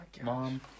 Mom